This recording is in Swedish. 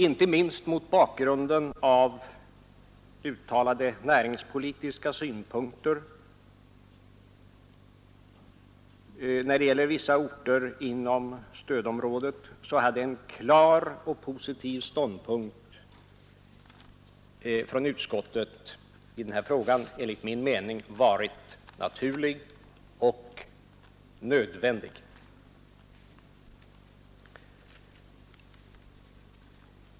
Inte minst mot bakgrunden av uttalade näringspolitiska synpunkter när det gäller vissa orter inom stödområdet hade en klar och positiv ståndpunkt från utskottets sida i denna fråga enligt min mening varit naturlig och nödvändig.